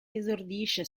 esordisce